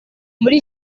muri